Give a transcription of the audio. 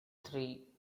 three